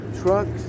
trucks